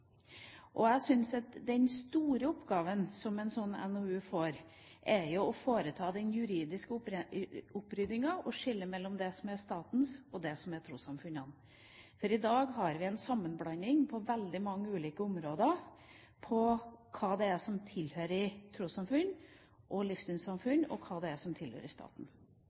Jeg tror at den store oppgaven som et sånt NOU-utvalg får, er å foreta den juridiske oppryddinga og skille mellom det som er statens, og det som er trossamfunnenes. I dag har vi en sammenblanding på veldig mange ulike områder av hva som tilhører trossamfunn og livssynssamfunn, og hva som tilhører staten. Derfor har det